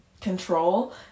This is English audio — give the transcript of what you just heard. control